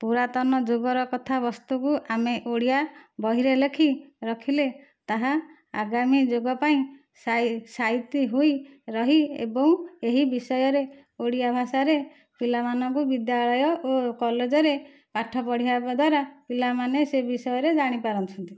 ପୁରାତନ ଯୁଗର କଥା ବସ୍ତୁକୁ ଆମେ ଓଡ଼ିଆ ବହିରେ ଲେଖି ରଖିଲେ ତାହା ଆଗାମୀ ଯୁଗ ପାଇଁ ସାଇ ସାଇତି ହୋଇ ରହି ଏବଂ ଏହି ବିଷୟରେ ଓଡ଼ିଆ ଭାଷାରେ ପିଲାମାନଙ୍କୁ ବିଦ୍ୟାଳୟ ଓ କଲେଜରେ ପାଠ ପଢ଼େଇବା ଦ୍ୱାରା ପିଲାମାନେ ସେ ବିଷୟରେ ଜାଣିପାରୁଛନ୍ତି